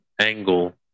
angle